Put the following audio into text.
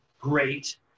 great